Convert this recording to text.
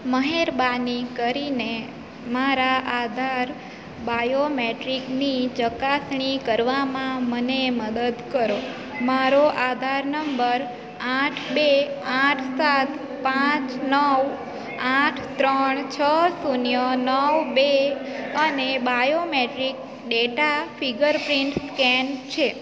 મહેરબાની કરીને મારા આધાર બાયોમેટ્રિકની ચકાસણી કરવામાં મને મદદ કરો મારો આધાર નંબર આઠ બે આઠ સાત પાંચ નવ આઠ ત્રણ છ શૂન્ય નવ બે અને બાયોમેટ્રિક ડેટા ફિંગરપ્રિન્ટ સ્કેન છે